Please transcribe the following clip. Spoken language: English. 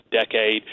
decade